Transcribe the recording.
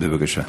בבקשה.